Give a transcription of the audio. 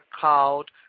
called